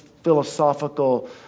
philosophical